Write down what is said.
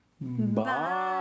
Bye